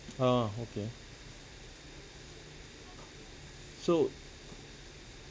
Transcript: orh okay so